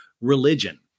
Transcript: religion